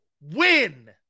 win